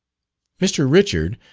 mr. richard,